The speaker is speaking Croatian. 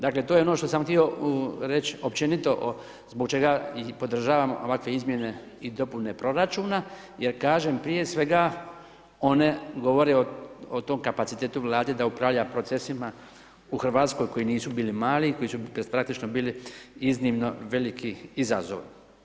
Dakle, to je ono što sam htio reć općenito zbog čega i podržavam ovakve izmjene i dopune proračuna, jer kažem prije svega one govore o tom kapacitetu Vlade da upravlja procesima u Hrvatskoj koji nisu bili mali, koji su …/nerazumljivo/… bili iznimno veliki izazov.